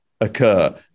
occur